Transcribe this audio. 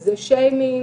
שיימינג,